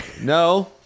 No